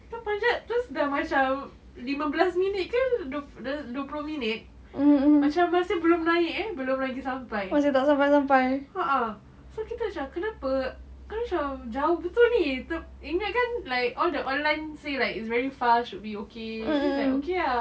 kita panjat terus dah macam lima belas minit ke dua puluh minit macam masih belum naik eh belum lagi sampai a'ah so kita macam kenapa kenapa macam jauh betul ni ingatkan like all the online say like it's very fast should be okay and then like okay ah